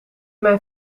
mijn